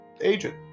agent